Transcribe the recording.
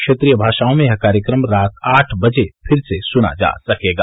क्षेत्रीय भाषाओं में यह कार्यक्रम रात आठ बजे फिर सुना जा सकेगा